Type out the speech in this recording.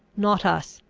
not us!